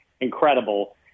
incredible